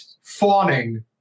fawning